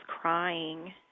crying